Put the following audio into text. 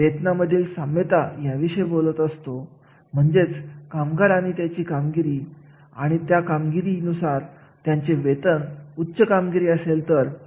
जेव्हा आपण कार्याच्या मूल्यमापन विषयी बोलत असतो तेव्हा आपल्याला कामगिरीच्या मूल्यांकन विषयी सुद्धा काही गोष्टी आढळून येतात